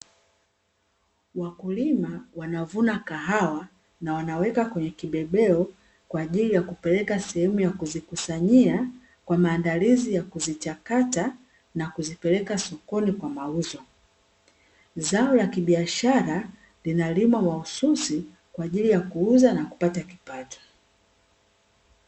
Wakulima wanavuna kahawa na wanaweka kwenye kibebeo, kwa ajili ya kupeleka sehemu ya kuzikusanyia, kwa maandalizi ya kuzichakata na kuzipeleka sokoni kwa mauzo. Zao la kibiashara linalimwa mahususi kwa ajili ya kuuza na kupata kipato.